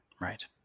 Right